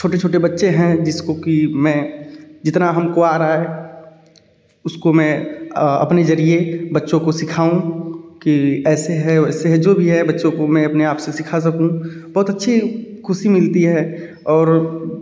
छोटे छोटे बच्चे हैं जिसको कि मैं जितना हमको आ रहा है उसको मैं अपने ज़रिए बच्चों को सिखाऊँ कि ऐसे है वैसे जो भी है बच्चों को मैं अपने आप से सिखा सकूँ बहुत अच्छी खुशी मिलती है और